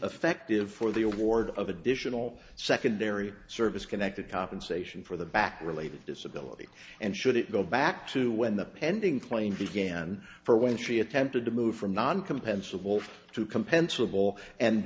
for the award of additional secondary service connected compensation for the back related disability and should it go back to when the pending claim began for when she attempted to move from